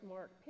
Mark